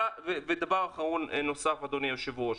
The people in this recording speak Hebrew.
דבר נוסף אחרון אדוני היו"ר,